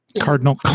Cardinal